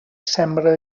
sembra